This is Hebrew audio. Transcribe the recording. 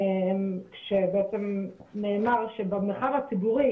כשבעצם נאמר שבמרחב הציבורי,